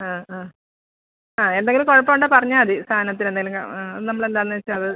ആ ആ ആ എന്തെങ്കിലും കുഴപ്പം ഉണ്ടെങ്കിൽ പറഞ്ഞാൽ മതി സാധനത്തിന് എന്തെങ്കിലും നമ്മൾ എന്താണെന്ന് വെച്ചാൽ അത്